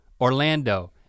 Orlando